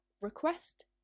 request